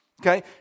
okay